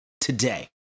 today